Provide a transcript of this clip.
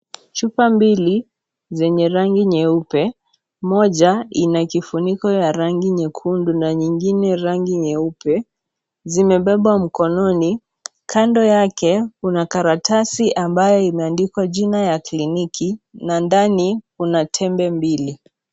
Chupa mbili, zenye rangi nyeupe, moja ina kifuniko ya rangi nyekundu na nyingine rangi nyeupe, zimebebwa mkononi. Kando yake, kuna karatasi ambayo imeandikwa jina ya kliniki, na ndani kuna tembe mbili.